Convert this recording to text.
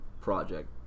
project